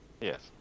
Yes